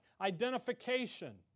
identification